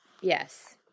Yes